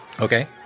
Okay